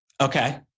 Okay